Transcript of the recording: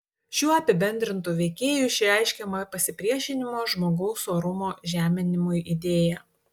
šiuo apibendrintu veikėju išreiškiama pasipriešinimo žmogaus orumo žeminimui idėja